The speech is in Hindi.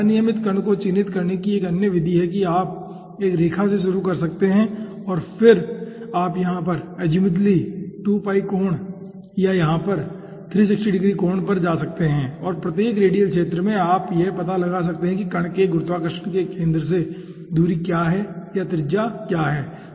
अनियमित कण को चिह्नित करने की एक अन्य विधि यह है कि आप एक रेखा से शुरू कर सकते हैं और फिर आप यहाँ पर अज़ीमुथली 2π कोण या यहाँ पर 360 डिग्री कोण पर जा सकते हैं और प्रत्येक रेडियल क्षेत्र में आप यह पता लगा सकते हैं कि कण के गुरुत्वाकर्षण के केंद्र से दूरी क्या है या त्रिज्या क्या है ठीक है